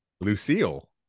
Lucille